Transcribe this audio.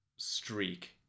Streak